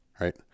Right